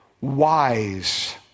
wise